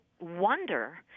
wonder